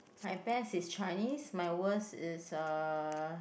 my best is Chinese my worst is uh